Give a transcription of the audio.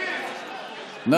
(חבר הכנסת איתמר בן גביר יוצא מאולם המליאה.) פרשת קורח.